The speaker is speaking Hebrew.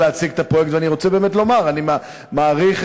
את